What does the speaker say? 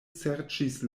serĉis